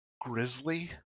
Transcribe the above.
grizzly